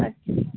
अच्छा